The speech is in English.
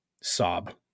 sob